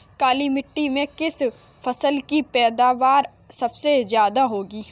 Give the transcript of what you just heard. काली मिट्टी में किस फसल की पैदावार सबसे ज्यादा होगी?